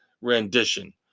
rendition